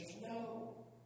no